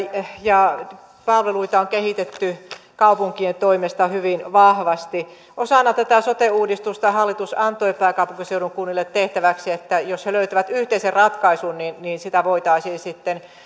ja palveluita on kehitetty kaupunkien toimesta hyvin vahvasti osana tätä sote uudistusta hallitus antoi pääkaupunkiseudun kunnille tehtäväksi että jos he löytävät yhteisen ratkaisun niin niin sitä voitaisiin sitten